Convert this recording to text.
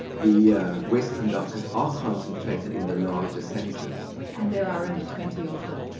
the western doctors are concentrated in the larger centres. and there are only twenty of them.